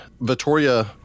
Vittoria